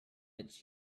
its